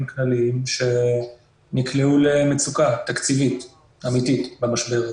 כלליים שנקלעו למצוקה תקציבית אמתית במשבר הזה,